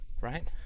right